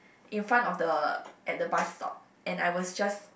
in front of the at the bus stop and I was just